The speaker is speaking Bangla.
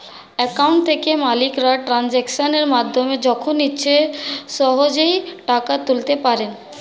অ্যাকাউন্ট থেকে মালিকরা ট্রানজাকশনের মাধ্যমে যখন ইচ্ছে সহজেই টাকা তুলতে পারে